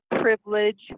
privilege